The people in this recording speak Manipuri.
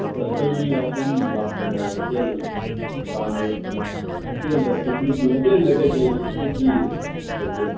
ꯑꯗꯨ ꯑꯩꯈꯣꯏ ꯃꯤ ꯑꯍꯨꯝ ꯂꯥꯛꯄꯅꯦꯕ ꯍꯣꯇꯦꯜ ꯄꯥꯝꯃꯦ ꯑꯗꯣ ꯍꯣꯇꯦꯜꯗ ꯐꯦꯁꯤꯂꯤꯇꯤ ꯍꯣꯇꯦꯜꯗ ꯀꯔꯤ ꯀꯔꯤ ꯐꯦꯁꯤꯂꯤꯇꯤ ꯂꯩꯒꯦ